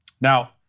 Now